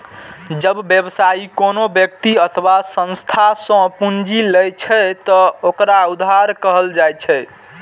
जब व्यवसायी कोनो व्यक्ति अथवा संस्था सं पूंजी लै छै, ते ओकरा उधार कहल जाइ छै